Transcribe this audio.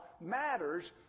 matters